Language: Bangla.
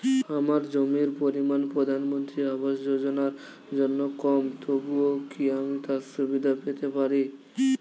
আমার জমির পরিমাণ প্রধানমন্ত্রী আবাস যোজনার জন্য কম তবুও কি আমি তার সুবিধা পেতে পারি?